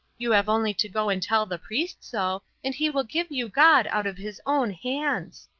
you have only to go and tell the priest so and he will give you god out of his own hands.